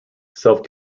self